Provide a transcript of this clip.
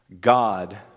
God